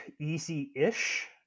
easy-ish